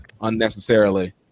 unnecessarily